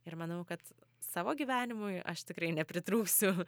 ir manau kad savo gyvenimui aš tikrai nepritrūksiu